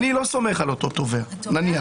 אני לא סומך על אותו תובע נניח --- שוב.